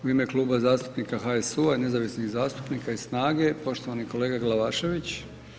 U ime Kluba zastupnika HSU-a i nezavisnih zastupnika i snage, poštovani kolega Glavašević.